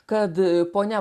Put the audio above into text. kad ponia